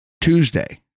Tuesday